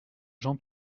jean